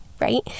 right